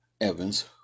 Evans